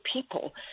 people